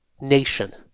nation